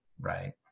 right